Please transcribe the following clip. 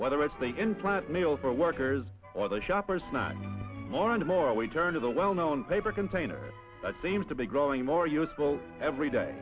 whether it's the implant mill for workers or the shoppers not more and more we turn to the well known paper container seems to be growing more useful every day